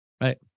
Right